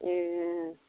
ए